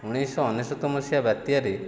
ଉଣେଇଶଶହ ଅନେଶ୍ୱତ ମସିହା ବାତ୍ୟାରେ